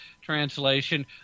Translation